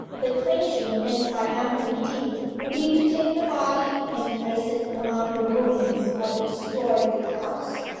the clinching and triumphant deed would be to take the body and place it among the ruins of the destroyed house.